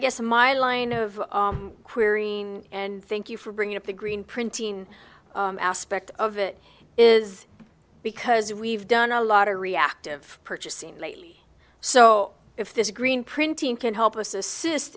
guess my line of queering and thank you for bringing up the green printing aspect of it is because we've done a lot of reactive purchasing lately so if this green printing can help us assist